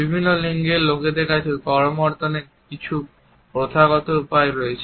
বিভিন্ন লিঙ্গের লোকেদের সাথে করমর্দনের কিছু প্রথাগত উপায় রয়েছে